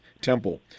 temple